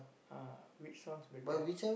ah which sounds better